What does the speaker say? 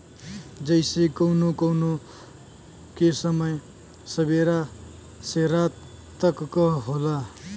जइसे कउनो कउनो के समय सबेरा से रात तक क होला